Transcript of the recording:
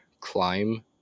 climb